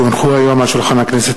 כי הונחו היום על שולחן הכנסת,